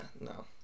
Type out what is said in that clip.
no